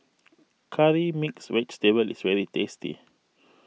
Curry Mixed Vegetable is very tasty